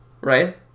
right